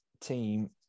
team